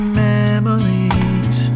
memories